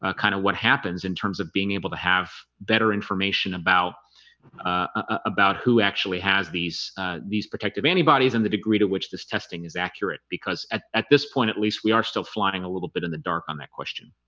ah kind of what happens in terms of being able to have better information about ah about who actually has these these protective antibodies and the degree to which this testing is accurate because at at this point at least we are still flying a little bit in the dark on that question